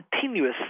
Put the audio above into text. continuous